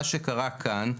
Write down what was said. מה שקרה כאן,